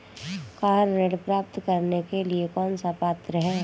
Car ऋण प्राप्त करने के लिए कौन पात्र है?